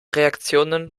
reaktionen